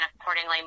accordingly